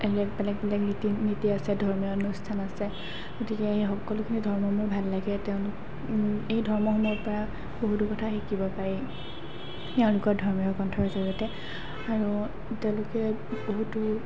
বেলেগ বেলেগ বেলেগ ৰীতি নীতি আছে ধৰ্মীয় অনুষ্ঠান আছে গতিকে এই সকলোখিনি ধৰ্ম মোৰ ভাল লাগে তেওঁলোক এই ধৰ্মসমূহৰ পৰা বহুতো কথা শিকিব পাৰি তেওঁলোকৰ ধৰ্মীয় গ্ৰন্থৰ জৰিয়তে আৰু তেওঁলোকে বহুতো